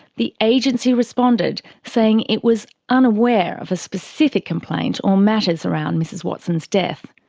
the agency responded, saying it was unaware of a specific complaint or matters around mrs watson's death,